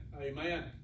Amen